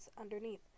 underneath